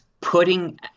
putting